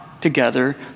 together